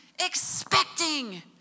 expecting